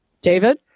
David